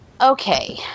Okay